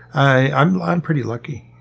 i'm i'm pretty lucky.